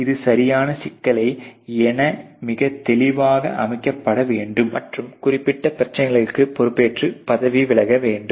இது சரியான சிக்கல்கள் என மிகத் தெளிவாக அமைக்கப்பட வேண்டும் மற்றும் குறிப்பிட்ட பிரச்சனைகளுக்கு பொறுப்பேற்று பதவி விலக வேண்டும்